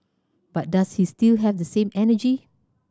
but does he still have the same energy